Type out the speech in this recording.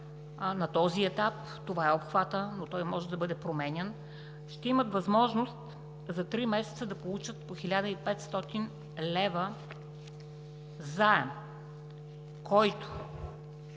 на този етап това е обхватът, но той може да бъде променян, ще имат възможност за три месеца да получат по 1500 лв. заем, който